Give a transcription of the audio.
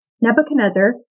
Nebuchadnezzar